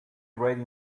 ready